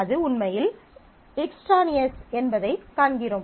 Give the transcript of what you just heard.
அது உண்மையில் எக்ஸ்ட்ரானியஸ் என்பதைக் காண்கிறோம்